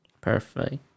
perfect